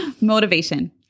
motivation